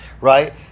right